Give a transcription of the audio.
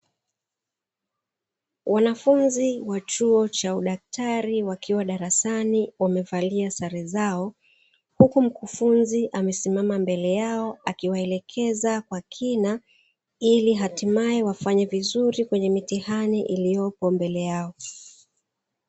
Wanafunzi wa chuo cha udaktari wakiwa darasani wamevalia sare zao, huku mkufunzi akiwa mbele yao akiwaelekeza kwa kina ili hatimaye wafanye vizuri kwenye mitihani iliyopo mbele yao